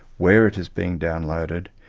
where it is being downloaded,